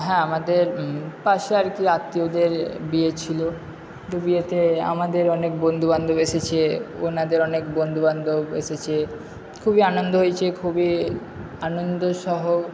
হ্যাঁ আমাদের পাশে আর কি আত্মীয়দের বিয়ে ছিলো বিয়েতে আমাদের অনেক বন্ধুবান্ধব এসেছে ওনাদের অনেক বন্ধুবান্ধব এসেছে খুবই আনন্দ হয়েছে খুবই আনন্দসহ